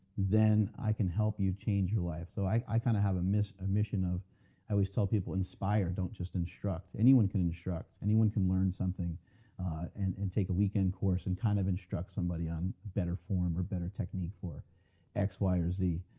then i can help you change your life. so i kind of have a mission a mission of i always tell people inspire, don't just instruct. anyone can instruct. anyone can learn something and take a weekend course and kind of instruct somebody on better form or better technique for x, y or z,